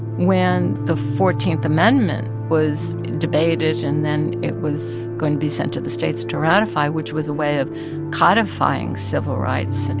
when the fourteenth amendment was debated and then it was going to be sent to the states to ratify, which was a way of codifying civil rights, and